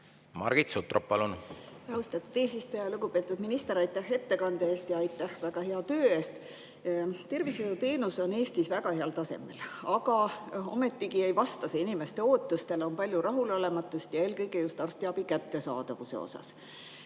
Margit Sutrop, palun! Austatud eesistuja! Lugupeetud minister, aitäh ettekande eest ja aitäh väga hea töö eest! Tervishoiuteenus on Eestis väga heal tasemel, aga ometigi ei vasta see inimeste ootustele, on palju rahulolematust, eelkõige just arstiabi kättesaadavusega.